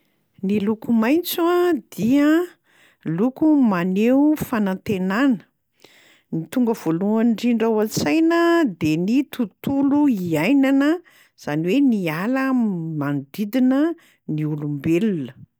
Ny loko maitso a dia loko maneho fanantenana. Ny tonga voalohany ndrindra ao an-tsaina de ny tontolo iainana, zany hoe ny ala manodidina ny olombelona.